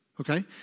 Okay